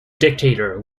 dictator